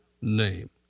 name